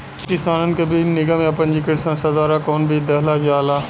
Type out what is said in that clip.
किसानन के बीज निगम या पंजीकृत संस्था द्वारा कवन बीज देहल जाला?